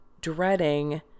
dreading